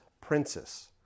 princess